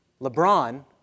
LeBron